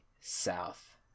south